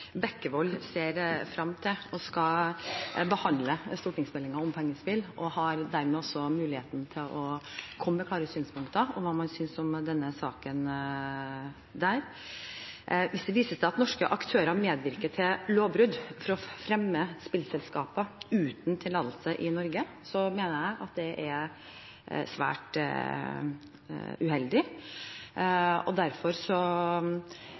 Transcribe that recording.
Bekkevold ser frem til å skulle behandle stortingsmeldingen om pengespill, og han har dermed også muligheten til der å komme med klare synspunkter om hva man synes om denne saken. Hvis det viser seg at norske aktører medvirker til lovbrudd for å fremme spillselskaper uten tillatelse i Norge, mener jeg at det er svært uheldig. Derfor